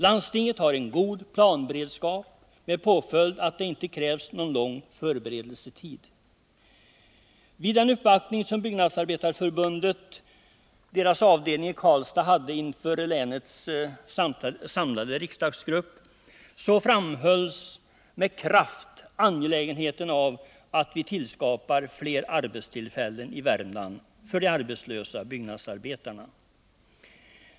Landstinget har en god planberedskap, med påföljd att det inte krävs någon lång förberedelsetid. Vid den uppvaktning som Byggnadsarbetareförbundets avdelning i Karlstad gjorde inför länets samlade riksdagsgrupp framhölls med kraft angelägenheten av att vi tillskapar fler arbetstillfällen i Värmland för de arbetslösa byggnadsarbetarna.